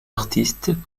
artistes